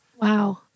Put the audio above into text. Wow